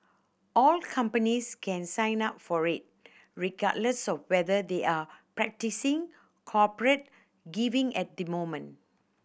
all companies can sign up for red regardless of whether they are practising corporate giving at the moment